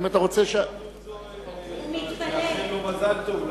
אני מציע לאחל לראש הממשלה מזל-טוב.